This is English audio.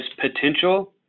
potential